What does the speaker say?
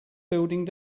building